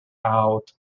out